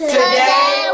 Today